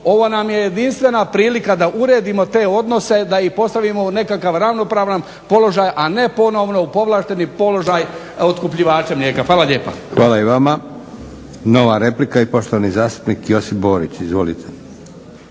Ovo nam je jedinstvena prilika da uredimo te odnose da ih postavimo u nekakav ravnopravan položaj, a ne ponovo u povlašteni položaj otkupljivača mlijeka. Hvala lijepa. **Leko, Josip (SDP)** Hvala i vama. Nova replika i poštovani zastupnik Josip Borić. Izvolite.